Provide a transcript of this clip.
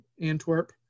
Antwerp